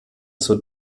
zur